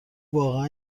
واقعا